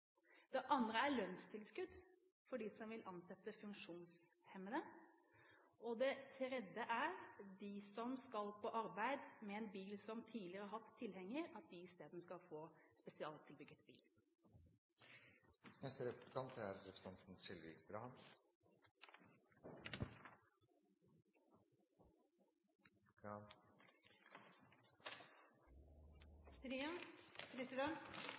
Det andre er lønnstilskudd for dem som vil ansette funksjonshemmede. Det tredje er at de som skal på arbeid, og som tidligere har hatt en bil med tilhenger, isteden skal få